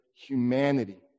humanity